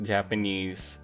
Japanese